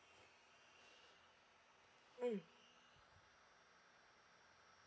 mm